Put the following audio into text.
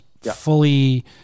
fully